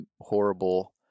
horrible